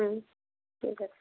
হুম ঠিক আছে